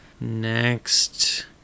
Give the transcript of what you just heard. next